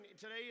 Today